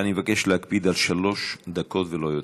אני מבקש להקפיד על שלוש דקות, ולא יותר.